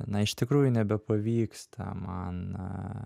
na iš tikrųjų nebepavyksta man